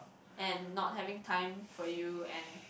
and not having time for you and